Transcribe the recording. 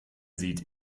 sieht